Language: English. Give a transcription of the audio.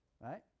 right